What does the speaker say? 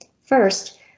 First